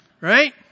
Right